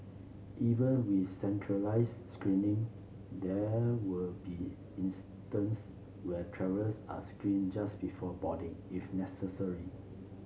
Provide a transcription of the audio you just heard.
even with centralised screening there will be instances where travellers are screened just before boarding if necessary